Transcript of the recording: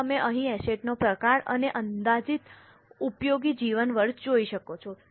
હવે તમે અહીં એસેટ નો પ્રકાર અને અંદાજિત ઉપયોગી જીવન જોઈ શકો છો